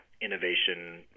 innovation